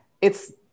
It's-